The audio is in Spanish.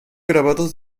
grabados